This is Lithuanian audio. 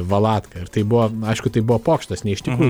valatką ir tai buvo aišku tai buvo pokštas ne iš tikrųjų